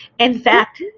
and fact,